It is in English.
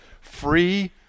free